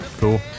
Cool